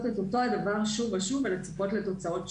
את אותו הדבר שוב ושב ולצפות לתוצאות שונות.